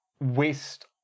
west